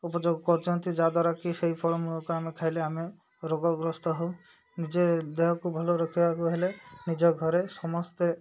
ଉପଯୋଗ କରୁଛନ୍ତି ଯାହାଦ୍ୱାରା କି ସେଇ ଫଳମୂଳକୁ ଆମେ ଖାଇଲେ ଆମେ ରୋଗଗ୍ରସ୍ତ ହଉ ନିଜେ ଦେହକୁ ଭଲ ରଖିବାକୁ ହେଲେ ନିଜ ଘରେ ସମସ୍ତେ